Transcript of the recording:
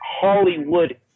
Hollywood